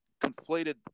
conflated